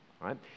right